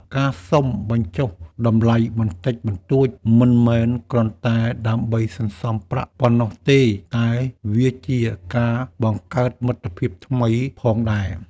ការសុំបញ្ចុះតម្លៃបន្តិចបន្តួចមិនមែនគ្រាន់តែដើម្បីសន្សំប្រាក់ប៉ុណ្ណោះទេតែវាជាការបង្កើតមិត្តភាពថ្មីផងដែរ។